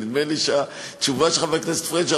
כי נדמה לי שהתשובה של חבר הכנסת פריג'